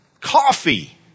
coffee